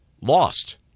lost